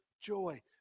joy